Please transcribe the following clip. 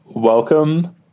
Welcome